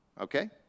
okay